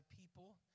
people